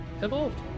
evolved